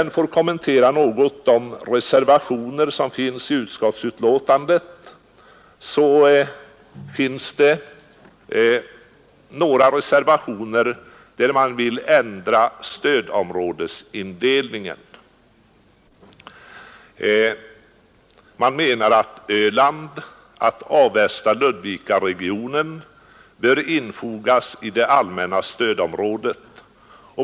Några reservationer, fogade till utskottsbetänkandet, går ut på att ändra stödområdesindelningen. Man menar att Öland och Avestaoch Ludvikaregionerna bör infogas i det allmänna stödområdet.